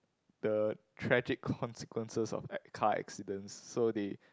the tragic consequences of act car accidents so they